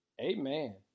Amen